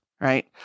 Right